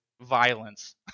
violence